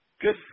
good